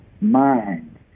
mind